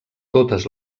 totes